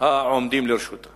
העומדים לרשותה